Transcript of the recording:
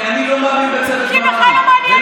כי זה בכלל לא מעניין אותך.